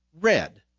red